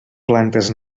plantes